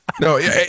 No